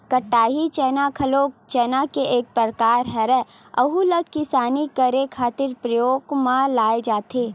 कटही चना घलो चना के एक परकार हरय, अहूँ ला किसानी करे खातिर परियोग म लाये जाथे